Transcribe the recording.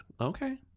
Okay